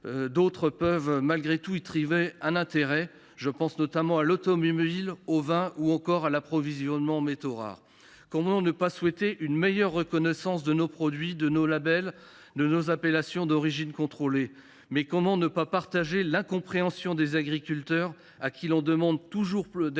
d’autres peuvent malgré tout y trouver un intérêt. Je pense notamment à l’automobile, au vin ou encore à l’approvisionnement en métaux rares. Comment ne pas souhaiter une meilleure reconnaissance de nos produits, de nos labels, de nos appellations d’origine contrôlée ? Mais comment ne pas partager l’incompréhension des agriculteurs, à qui l’on demande d’être